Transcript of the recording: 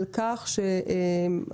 על כך שהקשישים,